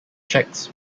cheques